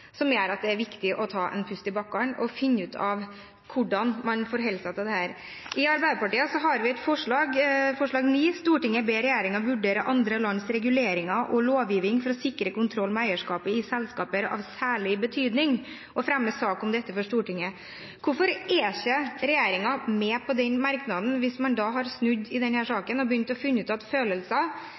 er viktig å ta en pust i bakken og finne ut hvordan man forholder seg til dette. I Arbeiderpartiet har vi et forslag, forslag nr. 9: «Stortinget ber regjeringen vurdere andre lands reguleringer og lovgivning for å sikre kontroll med eierskapet i selskaper av særlig betydning, og fremme sak om dette for Stortinget.» Hvorfor er ikke regjeringen med på den merknaden hvis man har snudd i denne saken og begynt å finne ut at følelser